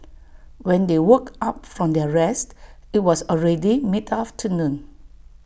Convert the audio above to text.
when they woke up from their rest IT was already mid afternoon